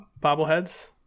bobbleheads